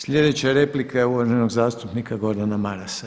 Sljedeća replika je uvaženog zastupnika Gordana Marasa.